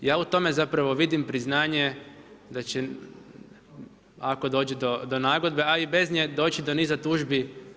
Ja u tome vidim priznanje da će ako dođe do nagodbe, a i bez nje doći do niza tužbi.